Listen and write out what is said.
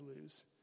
lose